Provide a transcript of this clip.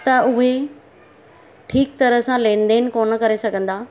त उहे ठीकु तरह सां लेन देन कोन करे सघंदा